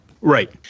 Right